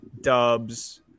Dubs